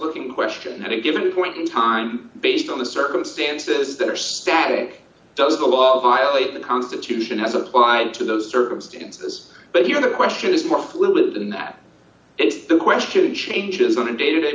looking question at a given point in time based on the circumstances that are static does the law of violate the constitution has applied to those circumstances but here the question is more fluid than that and the question changes on a da